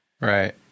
right